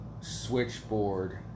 switchboard